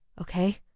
okay